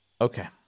okay